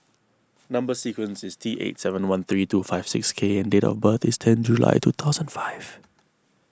Number Sequence is T eight seven one three two five six K and date of birth is ten July two thousand five